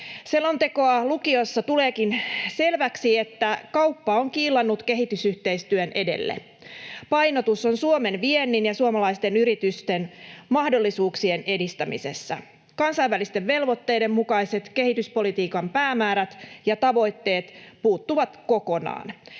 Selontekoa lukiessa tuleekin selväksi, että kauppa on kiilannut kehitysyhteistyön edelle: painotus on Suomen viennin ja suomalaisten yritysten mahdollisuuksien edistämisessä. Kansainvälisten velvoitteiden mukaiset kehityspolitiikan päämäärät ja tavoitteet puuttuvat kokonaan.